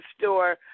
store